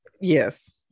Yes